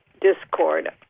discord